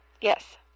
Yes